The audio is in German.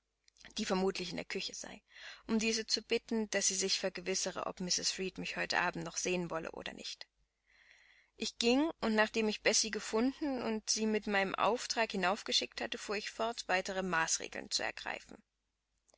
die vermutlich in der küche sei um diese zu bitten daß sie sich vergewissere ob mrs reed mich heute abend noch sehen wolle oder nicht ich ging und nachdem ich bessie gefunden und sie mit meinem auftrag hinaufgeschickt hatte fuhr ich fort weitere maßregeln zu ergreifen